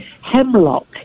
hemlock